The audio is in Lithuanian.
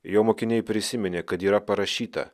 jo mokiniai prisiminė kad yra parašyta